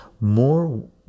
more